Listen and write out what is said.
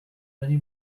many